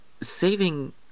saving